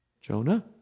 Jonah